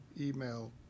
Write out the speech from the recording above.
email